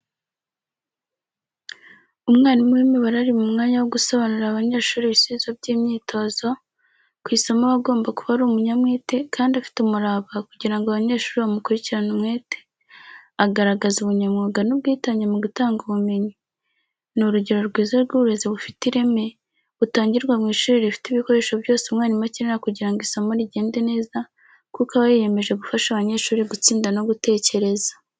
Umwarimu w’imibare ari mu mwanya wo gusobanurira abanyeshuri ibisubizo by’imyitozo, ku isomo aba agomba kuba ari umunyamwete kandi afite umurava kugira ngo abanyeshuri bamukurikirane umwete, agaragaza ubunyamwuga n’ubwitange mu gutanga ubumenyi. Ni urugero rwiza rw’uburezi bufite ireme, butangirwa mu ishuri rifite ibikoresho byose umwarimu akenera kugira ngo isomo rigende neza kuko aba yiyemeje gufasha abanyeshuri gutsinda no gutekereza.